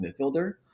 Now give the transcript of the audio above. midfielder